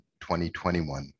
2021